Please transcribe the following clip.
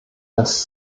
dass